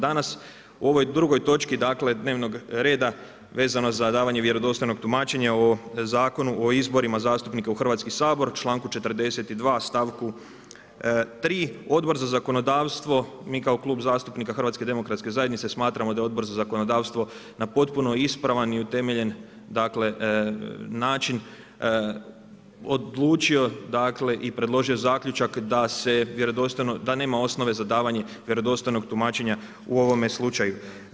Danas u ovoj drugoj točki dnevnog reda vezano za davanje vjerodostojnog tumačenja o Zakonu izborima zastupnika u Hrvatski sabor članku 42. stavku 3. Odbor za zakonodavstvo, mi kao Klub zastupnika HDZ-a smatramo da Odbor za zakonodavstvo na potpuno ispravan i utemeljen način odlučio i predložio zaključak da nema osnove za davanje vjerodostojnog tumačenja u ovome slučaju.